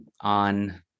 on